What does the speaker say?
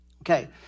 Okay